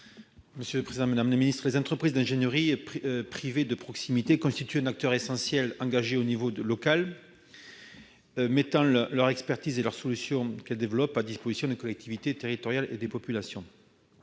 pour présenter l'amendement n° 49. Les entreprises d'ingénierie privées de proximité constituent des acteurs essentiels engagés au niveau local, qui mettent leur expertise et les solutions qu'elles développent à disposition des collectivités territoriales et des populations.